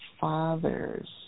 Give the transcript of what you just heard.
Fathers